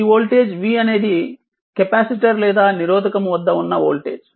ఈ voltage v అనేది capacitor లేదా నిరోధకము వద్ద ఉన్న వోల్టేజ్